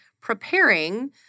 preparing